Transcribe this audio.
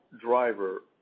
driver